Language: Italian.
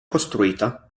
costruita